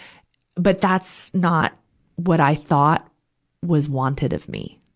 but that's not what i thought was wanted of me.